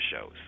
shows